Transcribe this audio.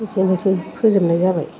एसेनोसै फोजोबनाय जाबाय